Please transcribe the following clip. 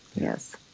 yes